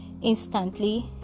Instantly